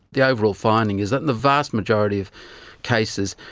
the overall finding is that the vast majority of cases,